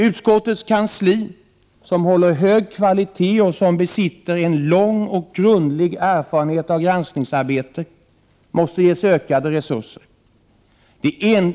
Utskottets kansli — som håller hög kvalitet och besitter en lång och grundlig erfarenhet av granskningsarbete — måste ges ökade resurser.